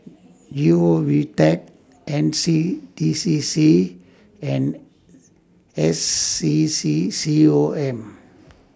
G O Vtech N C D C C and S C C C O M